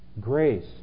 grace